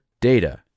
data